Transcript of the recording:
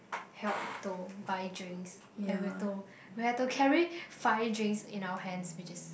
help to buy drinks and we have to we have to carry five drinks in our hands which is